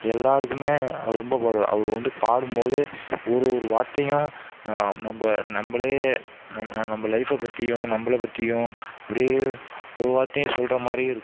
எல்லோருக்குமே ரொம்ப பாடுவார் அவரு வந்து பாடும்போது ஒரு ஒரு வார்த்தையும் நம்ம நம்மளையே நம் நம்ம லைஃபை பற்றியும் நம்மள பற்றியும் அப்படியே ஒவ்வொரு வார்த்தையும் சொல்கிற மாதிரியே இருக்கும்